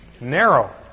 narrow